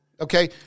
Okay